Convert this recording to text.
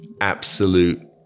absolute